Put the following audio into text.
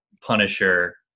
Punisher